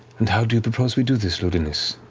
and how do you propose we do this, ludinus?